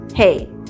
Hey